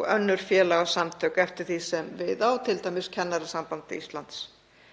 og önnur félagasamtök eftir því sem við á, t.d. Kennarasamband Íslands.